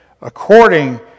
according